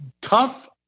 tough